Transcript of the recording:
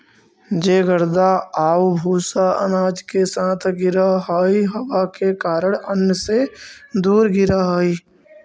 जे गर्दा आउ भूसा अनाज के साथ गिरऽ हइ उ हवा के कारण अन्न से दूर गिरऽ हइ